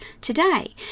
today